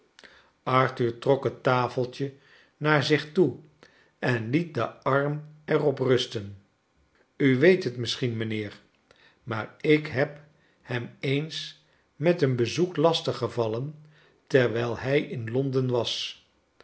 arthur trok het tafeltje naar zich toe en liet den arm er op rusten u weet het misschien mijnheer maar ik heb hem eens met een bezoek lastig gevallen terwijl hij in londen was